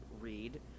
read